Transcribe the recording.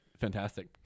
Fantastic